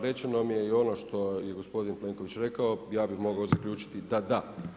Rečeno mi je i ono što je gospodin Plenković rekao, ja bih mogao zaključiti da da.